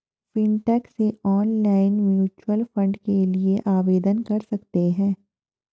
fintech से online mutual fund के लिए आवेदन कर सकते हैं